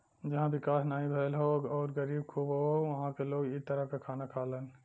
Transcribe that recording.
जहां विकास नाहीं भयल हौ आउर गरीबी खूब हौ उहां क लोग इ तरह क खाना खालन